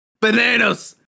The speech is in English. Bananas